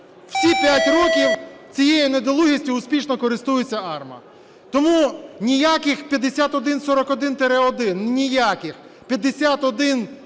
Всі 5 років цієї недолугістю успішно користується АРМА. Тому ніяких 5141-1, ніяких. 5141